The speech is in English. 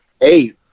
hey